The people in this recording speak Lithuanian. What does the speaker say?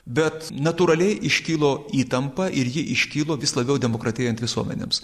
bet natūraliai iškilo įtampa ir ji iškylo vis labiau demokratėjant visuomenėms